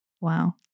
Wow